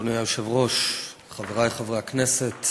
אדוני היושב-ראש, חברי חברי הכנסת,